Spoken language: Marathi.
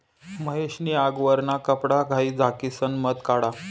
महेश नी आगवरना कपडाघाई झाकिसन मध काढा